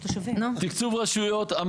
תקצוב רשויות.